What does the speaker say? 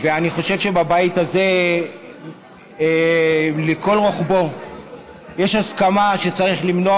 ואני חושב שבבית הזה לכל רוחבו יש הסכמה שצריך למנוע